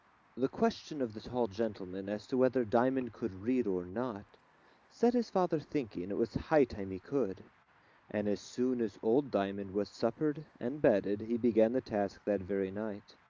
the question of the tall gentleman as to whether diamond could read or not set his father thinking it was high time he could and as soon as old diamond was suppered and bedded, he began the task that very night.